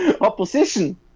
Opposition